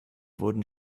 wurden